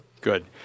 Good